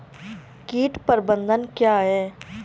कीट प्रबंधन क्या है?